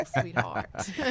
sweetheart